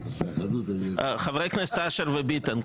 חברי הכנסת אשר וביטן,